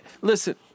Listen